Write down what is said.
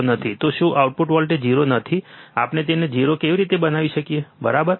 તો શું output voltage 0 નથી આપણે તેને 0 કેવી રીતે બનાવી શકીએ બરાબર